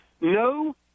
no